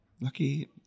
Lucky